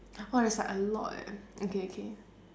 !wah! there's like a lot eh okay okay